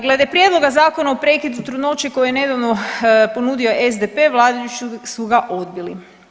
Glede prijedloga zakona o prekidu trudnoće koju je nedavno ponudio SDP vladajući su ga odbili.